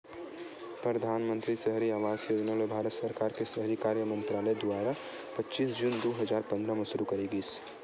परधानमंतरी सहरी आवास योजना ल भारत सरकार के सहरी कार्य मंतरालय दुवारा पच्चीस जून दू हजार पंद्रह म सुरू करे गिस